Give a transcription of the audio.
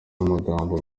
n’amagambo